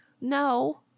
no